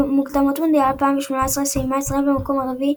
במוקדמות מונדיאל 2018 סיימה ישראל במקום הרביעי,